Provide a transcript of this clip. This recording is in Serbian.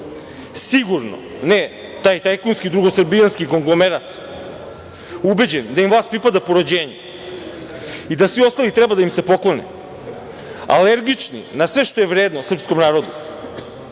Sigurno ne taj tajkunski drugosrbijanski konglomerat, ubeđen da im vlast pripada po rođenju i da svi ostali treba da im se poklone, alergični na sve što je vredno srpskom narodu,